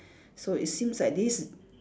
so it seems like this